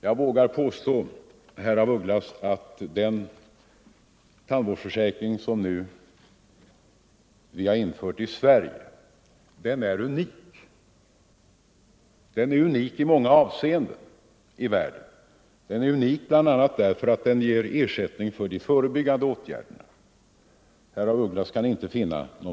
Jag vågar påstå, herr af Ugglas, att den tandvårdsförsäkring som vi nu har infört i Sverige är unik i världen i många avseenden, bl.a. därför att den ger ersättning för förebyggande åtgärder.